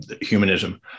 humanism